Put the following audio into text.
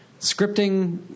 scripting